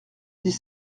dix